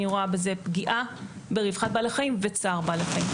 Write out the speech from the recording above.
אני רואה בזה פגיעה ברווחת בעלי החיים וצער בעלי חיים.